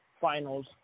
finals